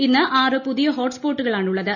ഇന്ന് ആറ് പുതിയ ഹോട്ട് സ്പോട്ടുകളാണുള്ളത്